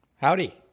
Howdy